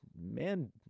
man